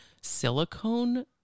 silicone